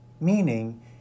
Meaning